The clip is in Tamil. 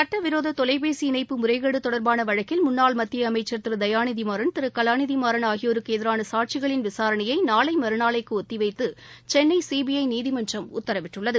சுட்டவிரோத தொலைபேசி இணைப்பு முறைகேடு தொடர்பாள வழக்கில் முன்னாள் மத்திய அமைச்சா் திரு தயாநிதிமாறன் திரு கலாநிதிமாறன் அகியோருக்கு எதிரான சாட்சிகளின் விசாரணையை நாளை மறுநாளைக்கு ஒத்திவைத்து சென்னை சிபிஐ நீதிமன்றம் உத்தரவிட்டுள்ளது